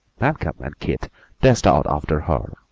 malcolm and keith dashed out after her,